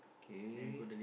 k